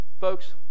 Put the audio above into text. folks